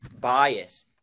bias